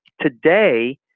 today